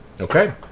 okay